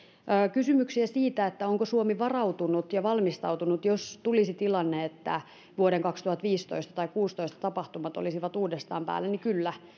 kysymyksiä siitä onko suomi varautunut ja valmistautunut jos tulisi tilanne että vuoden kaksituhattaviisitoista tai kuusitoista tapahtumat olisivat uudestaan päällä kyllä